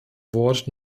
wort